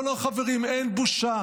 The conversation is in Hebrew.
אבל לא, חברים, אין בושה,